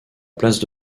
place